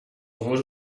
gos